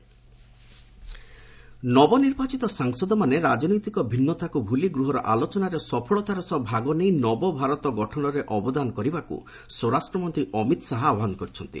Amit Shah MP ନବନିର୍ବାଚିତ ସାଂସଦମାନେ ରାଜନୈତିକ ଭିନ୍ନତାକୁ ଭୁଲି ଗୃହର ଆଲୋଚନାରେ ସଫଳତାର ସହ ଭାଗ ନେଇ ନବଭାରତ ଗଠନରେ ଅବଦାନ କରିବାକୁ ସ୍ୱରାଷ୍ଟ୍ରମନ୍ତ୍ରୀ ଅମିତ ଶାହା ଆହ୍ପାନ କରିଛନ୍ତି